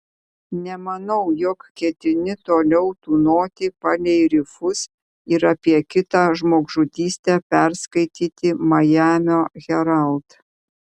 nemanau jog ketini toliau tūnoti palei rifus ir apie kitą žmogžudystę perskaityti majamio herald